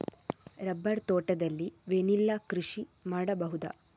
Rubber ತೋಟದಲ್ಲಿ vanilla ಕೃಷಿ ಮಾಡಬಹುದಾ?